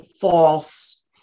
false